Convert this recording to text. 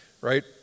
right